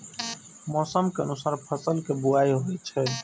मौसम के अनुसार फसल के बुआइ होइ छै